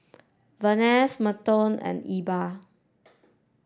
Venus Merton and Elba